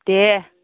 दे